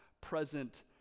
present